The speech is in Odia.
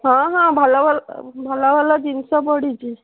ହଁ ହଁ ଭଲ ଭଲ ଭଲ ଭଲ ଜିନିଷ ପଡ଼ିଛି